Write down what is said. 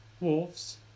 wolves